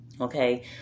Okay